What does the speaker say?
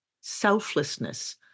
selflessness